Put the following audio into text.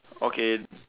okay